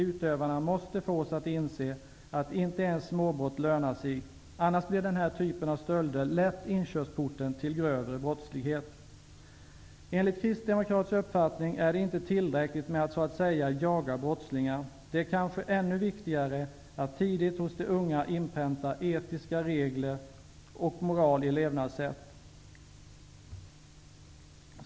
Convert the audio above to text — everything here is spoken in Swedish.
Utövarna måste fås att inse att inte ens småbrott lönar sig, annars blir den här typen av stölder lätt inkörsporten till grövre brottslighet. Enligt kristdemokratisk uppfattning är det inte tillräckligt att så att säga jaga brottslingar. Det är kanske ännu viktigare att tidigt hos de unga inpränta etiska regler och moral i levnadssätt.